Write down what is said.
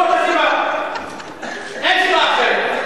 זאת הסיבה, אין סיבה אחרת.